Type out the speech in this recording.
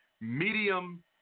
medium